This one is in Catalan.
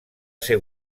ser